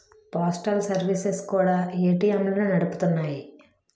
postal services కూడా ఏటీఎంలను నడుపుతున్నాయి